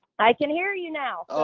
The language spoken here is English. i can hear you now!